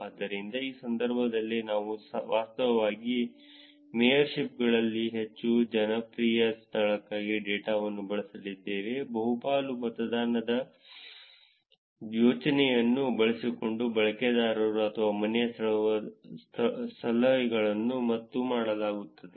ಆದ್ದರಿಂದ ಈ ಸಂದರ್ಭದಲ್ಲಿ ನಾವು ವಾಸ್ತವವಾಗಿ ಮೇಯರ್ಶಿಪ್ಗಳಲ್ಲಿ ಹೆಚ್ಚು ಜನಪ್ರಿಯ ಸ್ಥಳಕ್ಕಾಗಿ ಡೇಟಾವನ್ನು ಬಳಸಲಿದ್ದೇವೆ ಬಹುಪಾಲು ಮತದಾನದ ಯೋಜನೆಯನ್ನು ಬಳಸಿಕೊಂಡು ಬಳಕೆದಾರರು ಅಥವಾ ಮನೆಯ ಸ್ಥಳದ ಸಲಹೆಗಳು ಮತ್ತು ಮಾಡಲಾಗುತ್ತದೆ